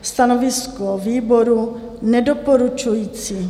Stanovisko výboru nedoporučující.